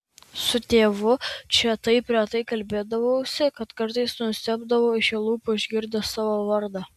su tėvu čia taip retai kalbėdavausi kad kartais nustebdavau iš jo lūpų išgirdęs savo vardą